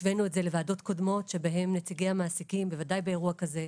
השווינו את זה לוועדות קודמות שבהן נציגי המעסיקים בוודאי באירוע כזה,